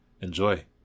Enjoy